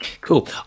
Cool